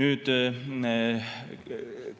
Nüüd,